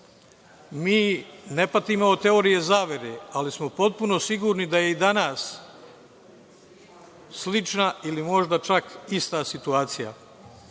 ne patimo od teorije zavere, ali smo potpuno sigurni da je i danas slična, ili možda čak ista situacija,